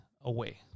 away